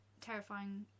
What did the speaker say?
terrifying